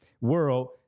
world